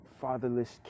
fatherless